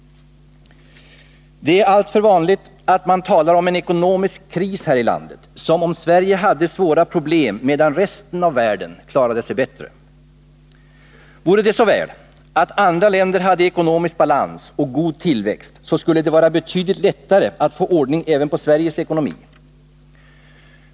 Det är alltför vanligt att man talar om en ekonomisk kris här i landet, som om Sverige hade svåra problem medan resten av världen klarade sig bättre. Vore det så väl att andra länder hade ekonomisk balans och god tillväxt, skulle det vara betydligt lättare att få ordning även på Sveriges ekonomi.